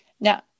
now